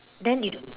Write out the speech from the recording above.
then you don't